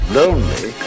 lonely